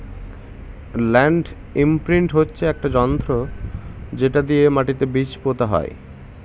land imprint হচ্ছে একটি যন্ত্র যেটা দিয়ে মাটিতে বীজ পোতা হয়